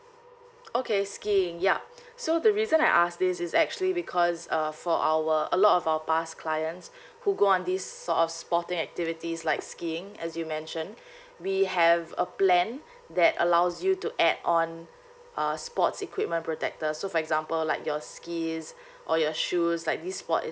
okay skiing yup so the reason I ask this is actually because uh for our a lot of our past clients who go on this sort of sporting activities like skiing as you mention we have a plan that allows you to add on a sports equipment protector so for example like your skis or your shoes like these sport